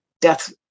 death